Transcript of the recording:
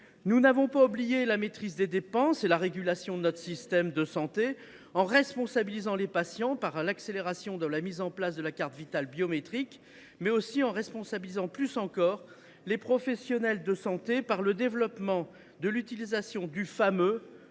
Nous n’avons pas oublié la maîtrise des dépenses et la régulation de notre système de santé : nous avons choisi de responsabiliser les patients par l’accélération de la mise en place de la carte Vitale biométrique, mais aussi de responsabiliser plus encore les professionnels de santé par le développement de l’utilisation du fameux